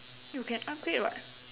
you can upgrade what